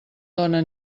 dóna